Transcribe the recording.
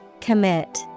Commit